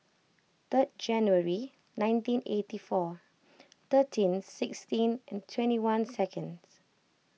third January nineteen eighty four thirteen sixteen and twenty one seconds